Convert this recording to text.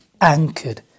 anchored